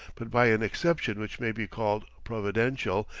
but by an exception which may be called providential,